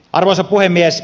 arvoisa puhemies